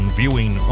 viewing